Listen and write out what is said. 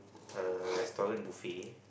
a restaurant buffet